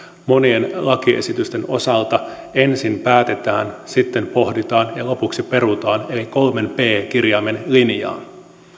monien lakiesitysten osalta ensin päätetään sitten pohditaan ja lopuksi perutaan eli kolmen p kirjaimen linjaan